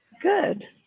Good